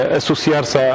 associar-se